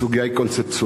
הסוגיה היא קונספטואלית: